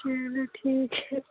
चलो ठीक है